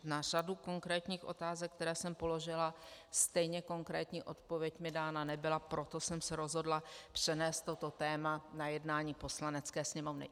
Na řadu konkrétních otázek, které jsem položila, stejně konkrétní odpověď mi dána nebyla, proto jsem se rozhodla přenést toto téma na jednání Poslanecké sněmovny.